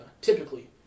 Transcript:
typically